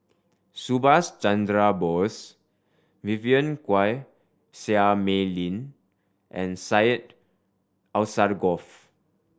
Subhas Chandra Bose Vivien Quahe Seah Mei Lin and Syed Alsagoff